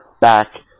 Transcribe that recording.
back